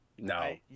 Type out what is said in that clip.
No